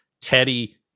Teddy